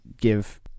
give